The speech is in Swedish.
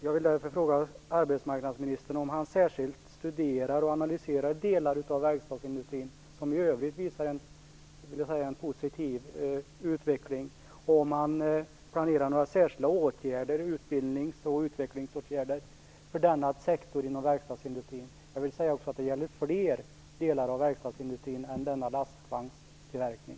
Jag vill därför fråga arbetsmarknadsministern om han särskilt studerar och analyserar delar av verkstadsindustrin, som i övrigt visar en positiv utveckling, och om han planerar några särskilda åtgärder, som utbildnings och utvecklingsåtgärder, för denna sektor inom verkstadsindustrin. Det gäller för övrigt flera delar inom verkstadsindustrin än denna lastvagnstillverkning.